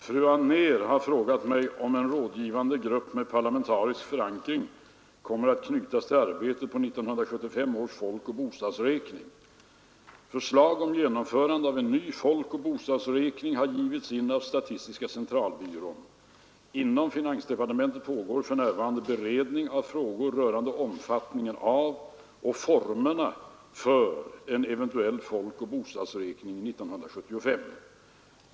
Herr talman! Fru Anér har frågar mig om en rådgivande grupp med parlamentarisk förankring kommer att knytas till arbetet på 1975 års folkoch bostadsräkning. Förslag om genomförande av en ny folkoch bostadsräkning har givits in av statistiska centralbyrån. Inom finansdepartementet pågår för närvarande beredning av frågor rörande omfattningen av och formerna för en eventuell folkoch bostadsräkning 1975.